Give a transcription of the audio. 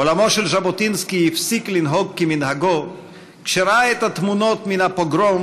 עולמו של ז'בוטינסקי הפסיק לנהוג כמנהגו כשראה את התמונות מן הפוגרום